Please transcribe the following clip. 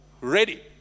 Ready